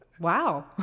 Wow